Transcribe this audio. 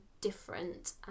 different